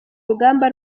urugamba